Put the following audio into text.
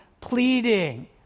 pleading